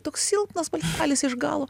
toks silpnas balselis iš galo